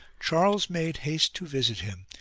charles made haste to visit him,